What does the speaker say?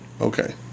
Okay